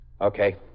Okay